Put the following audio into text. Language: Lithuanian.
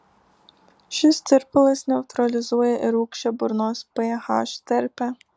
šis tirpalas neutralizuoja ir rūgščią burnos ph terpę